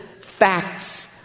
facts